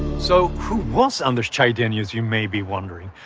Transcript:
so who was anders chydenius you may be wondering?